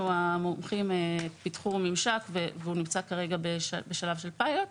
המומחים פיתחו ממשק והוא נמצא כרגע בשלב של פיילוט.